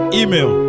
email